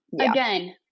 Again